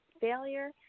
failure